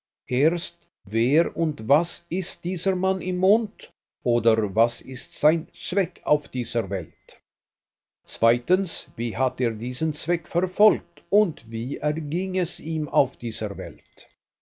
i wer und was ist dieser mann im mond oder was ist sein zweck auf dieser welt ii wie hat er diesen zweck verfolgt und wie erging es ihm auf dieser welt